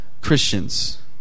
Christians